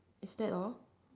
is that all